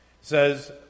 says